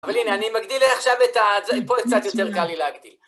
אבל הנה, אני מגדיל עכשיו את ה... פה קצת יותר קל לי להגדיל.